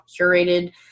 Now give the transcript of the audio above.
curated